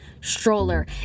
stroller